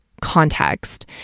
context